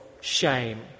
shame